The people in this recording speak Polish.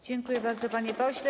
Dziękuję bardzo, panie pośle.